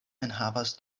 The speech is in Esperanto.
enhavas